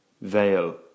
veil